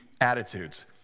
attitudes